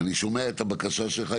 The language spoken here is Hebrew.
אני שומע את הבקשה שלך,